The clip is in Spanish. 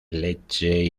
leche